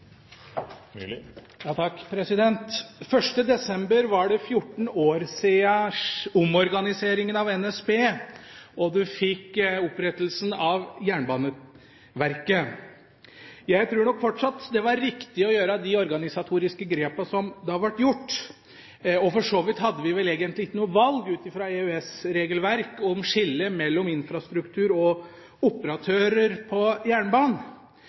desember var det 14 år siden omorganiseringen av NSB, og vi fikk opprettelsen av Jernbaneverket. Jeg tror nok fortsatt det var riktig å gjøre de organisatoriske grepene som da ble gjort, og for så vidt hadde vi vel egentlig ikke noe valg ut fra EØS-regelverket om skillet mellom infrastruktur og operatører på jernbanen.